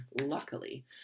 Luckily